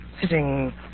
Sitting